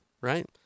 right